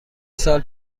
سال